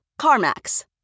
CarMax